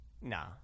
Nah